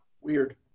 Weird